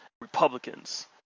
Republicans